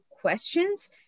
questions